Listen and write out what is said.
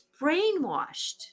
brainwashed